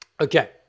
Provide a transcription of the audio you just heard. Okay